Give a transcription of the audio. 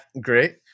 great